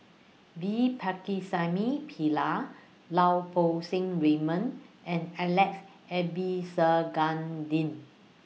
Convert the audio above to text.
V Pakirisamy Pillai Lau Poo Seng Raymond and Alex Abisheganaden